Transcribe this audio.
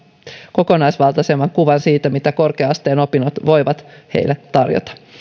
kokonaisvaltaisemman kuvan siitä mitä korkea asteen opinnot voivat heille tarjota